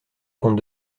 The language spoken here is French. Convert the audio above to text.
comte